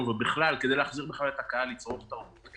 ובכלל כדי להחזיר את הקהל לצרוך תרבות.